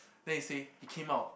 then he say he came out